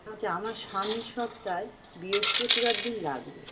আচ্ছা আমার সামনের সপ্তাহে বৃহস্পতিবার দিন লাগবে